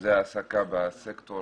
לאחוזי העסקה בסקטור